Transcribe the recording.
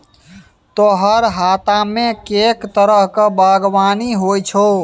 तोहर हातामे कैक तरहक बागवानी होए छौ